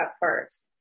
first